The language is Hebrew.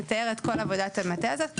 נתאר את כל עבודת המטה הזאת,